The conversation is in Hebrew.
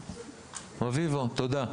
שרן, שנייה.